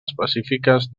específiques